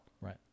right